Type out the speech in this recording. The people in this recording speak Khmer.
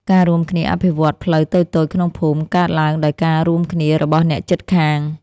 ការរួមគ្នាអភិវឌ្ឍផ្លូវតូចៗក្នុងភូមិកើតឡើងដោយការរួមគ្នារបស់អ្នកជិតខាង។